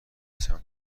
سمت